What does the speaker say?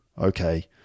Okay